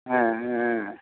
ஆ ஆ ஆ ஆ